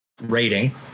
rating